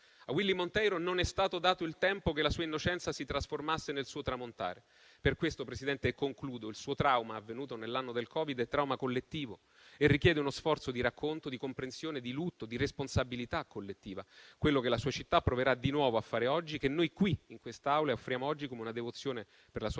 di Willy Monteiro non è stato dato il tempo di trasformarsi nel suo tramontare. Per questo, Presidente, il suo trauma, avvenuto nell’anno del Covid, è collettivo e richiede uno sforzo di racconto, di comprensione, di lutto e di responsabilità collettiva, cosa che la sua città proverà di nuovo a fare oggi e che noi qui in quest’Aula offriamo oggi come devozione, per la sua